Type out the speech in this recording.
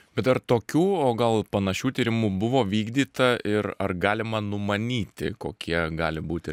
bet ar tokių o gal panašių tyrimų buvo vykdyta ir ar galima numanyti kokie gali būti